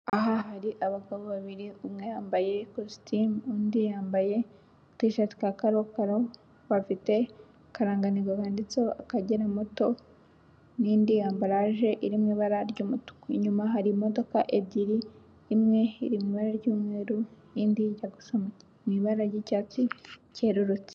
Aha hari abagabo babiri umwe yambaye ikositimu, undi yambaye agatisheti ka karokaro gafite akarangantego kanditseho Akagera Moto n'indi ambaraje irimo ibara ry'umutuku, inyuma hari imodoka ebyiri imwe iribura ry'mweru, indi iri mu ibara ry'icyatsi cyerurutse.